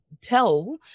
tell